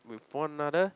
with for another